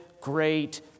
great